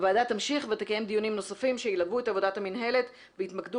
הוועדה תמשיך ותקיים דיונים נוספים שילוו את עבודת המינהלת ויתמקדו